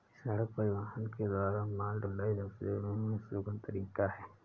सड़क परिवहन के द्वारा माल ढुलाई सबसे सुगम तरीका है